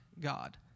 God